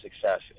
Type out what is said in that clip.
success